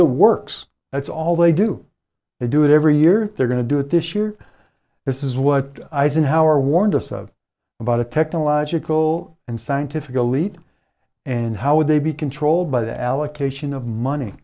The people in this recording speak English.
it works that's all they do they do it every year they're going to do it this year this is what eisenhower warned us of about a technological and scientific elite and how would they be controlled by the allocation of money